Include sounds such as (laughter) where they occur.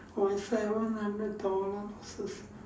!wah! seven hundred dollar (noise)